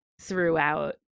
throughout